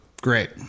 Great